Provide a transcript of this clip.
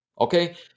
okay